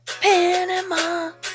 Panama